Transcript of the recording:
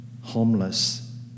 homeless